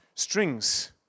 Strings